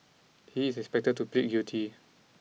he is expected to plead guilty